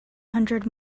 hundred